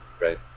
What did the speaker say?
Right